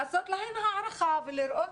לעשות להן הערכה ולראות